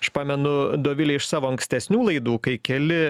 aš pamenu dovile iš savo ankstesnių laidų kai keli